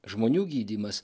žmonių gydymas